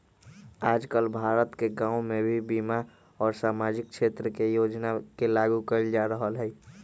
आजकल भारत के गांव में भी बीमा और सामाजिक क्षेत्र के योजना के लागू कइल जा रहल हई